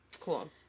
Cool